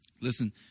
Listen